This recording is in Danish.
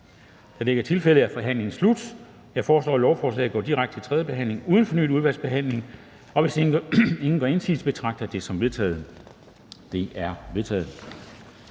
De er vedtaget. Jeg foreslår, at lovforslaget går direkte til tredje behandling uden fornyet udvalgsbehandling. Og hvis ingen gør indsigelse, betragter jeg det som vedtaget. Det er vedtaget.